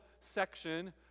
section